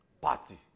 party